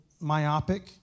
myopic